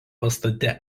pastate